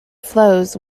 flows